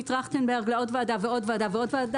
מטרכטנברג לעוד ועדה ועוד ועדה,